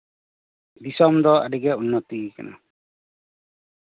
ᱫᱤᱥᱚᱢ ᱫᱚ ᱟᱹᱰᱤᱜᱮ ᱩᱱᱱᱚᱛᱤ ᱠᱟᱱᱟ